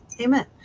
Amen